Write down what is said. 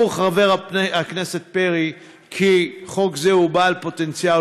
חבר הכנסת פרי סבור כי חוק זה הוא בעל פוטנציאל